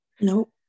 Nope